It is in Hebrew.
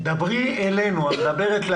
אני מדברת על